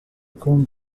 com